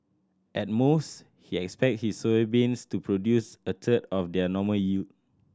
at most he expect his soybeans to produce a third of their normal yield